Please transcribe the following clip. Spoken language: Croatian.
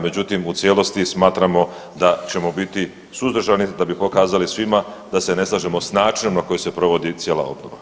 Međutim, u cijelosti smatramo da ćemo biti suzdržani da bi pokazali svima da se ne slažemo s načinom na koji se provodi cijela obnova.